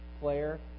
player